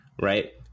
right